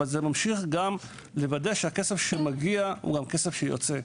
אבל זה ממשיך גם לוודא שהכסף שמגיע הוא גם כסף שיוצא.